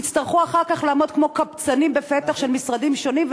שהם יצטרכו אחר כך לעמוד כמו קבצנים בפתח של משרדים שונים,